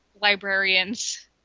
librarians